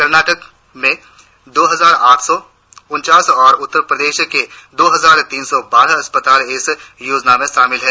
कर्नाटक में दो हजार आठ सौ उनचास और उत्तर प्रदेश दो हजार तीन सौ बारह अस्पताल इस योजना में शामिल हुए है